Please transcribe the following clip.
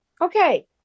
Okay